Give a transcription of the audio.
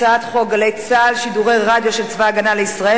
הצעת חוק "גלי צה"ל" שידורי רדיו של צבא-הגנה לישראל